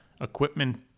equipment